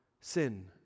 sin